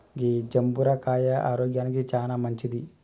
గీ జంబుర కాయ ఆరోగ్యానికి చానా మంచింది